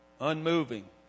unmoving